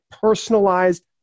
personalized